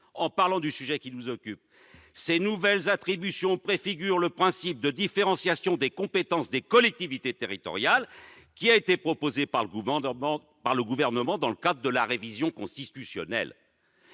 l'Alsace et le sujet qui nous occupe, vous déclarez :« ces nouvelles attributions préfigurent [...] le principe de différenciation des compétences des collectivités territoriales qui a été proposé par le Gouvernement dans le cadre de la révision constitutionnelle.